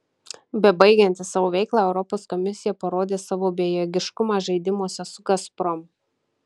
bebaigianti savo veiklą europos komisija parodė savo bejėgiškumą žaidimuose su gazprom